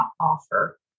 offer